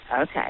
okay